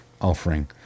offering